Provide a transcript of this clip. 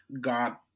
God